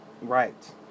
Right